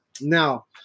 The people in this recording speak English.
now